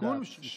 התיקון הוא שמעלים